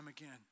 again